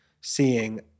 seeing